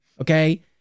Okay